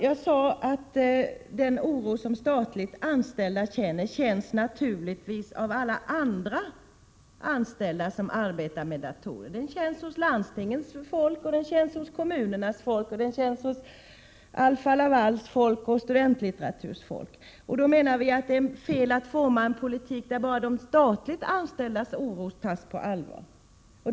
Jag sade att den oro som statligt anställda känner naturligtvis också känns av alla andra anställda som arbetar med datorer. Den känner landstingens folk, den känner kommunernas folk, den känner Alfa-Lavals folk och den känner Studentlitteraturs folk. Vi menar att det är fel att då utforma en politik där bara de statligt anställdas oro tas på allvar.